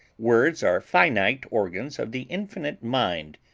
words are finite organs of the infinite mind.